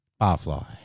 Barfly